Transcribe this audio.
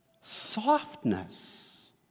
softness